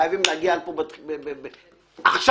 חייבים להגיע לפה עכשיו.